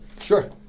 Sure